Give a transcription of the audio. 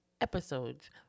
episodes